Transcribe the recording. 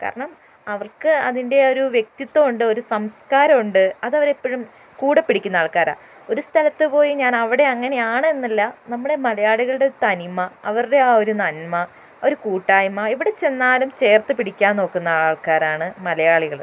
കാരണം അവർക്ക് അതിൻ്റെയൊരു വ്യക്തിത്തമുണ്ട് ഒരു സംസ്കാരമുണ്ട് അതവരെപ്പോഴും കൂടെപിടിക്കുന്ന ആൾക്കാരാ ഒരു സ്ഥലത്ത് പോയി ഞാൻ അവിടെ അങ്ങനെ ആണ് എന്നല്ല നമ്മടെ മലയാളികളുടെ തനിമ അവരുടെ ആ ഒരു നന്മ ഒരു കൂട്ടായിമ എവിടെ ചെന്നാലും ചേർത്ത് പിടിക്കാൻ നോക്കുന്ന ആൾക്കാരാണ് മലയാളികള്